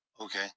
Okay